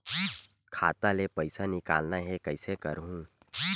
खाता ले पईसा निकालना हे, कइसे करहूं?